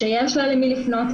שיש לה למי לפנות,